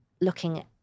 looking